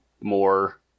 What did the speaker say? more